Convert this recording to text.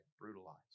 brutalized